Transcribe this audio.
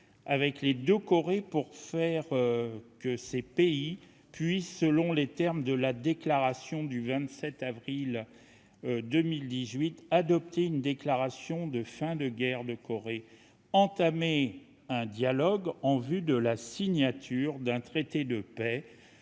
avec les deux Corées pour que ces pays puissent, selon les termes de la déclaration commune du 27 avril 2018, adopter une déclaration de la fin de la guerre de Corée et entamer un dialogue en vue de la signature d'un traité de paix.